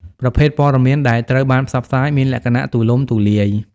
ប្រភេទព័ត៌មានដែលត្រូវបានផ្សព្វផ្សាយមានលក្ខណៈទូលំទូលាយ។